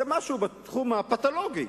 זה משהו בתחום הפתולוגי.